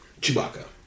Chewbacca